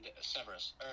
Severus